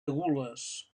gules